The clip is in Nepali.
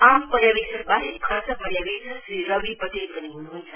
आम पर्यपेक्षक बाहेक खर्च पर्यावेक्षक श्री रभी पटेल पनि हुनुहुन्छ